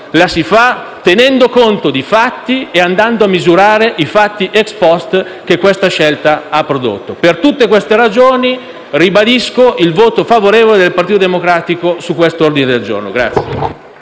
lo si fa tenendo conto di fatti e andando a misurare i fatti *ex post* che tale scelta ha prodotto. Per tutte queste ragioni ribadisco il voto favorevole del Partito Democratico sull'ordine del giorno G100.